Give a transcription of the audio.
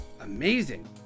Amazing